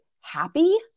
happy